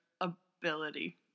ability